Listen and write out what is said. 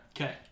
Okay